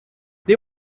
they